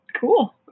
Cool